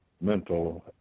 mental